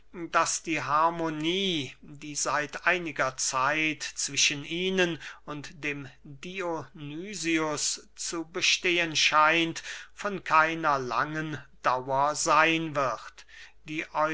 daß die harmonie die seit einiger zeit zwischen ihnen und dem dionysius zu bestehen scheint von keiner langen dauer seyn wird die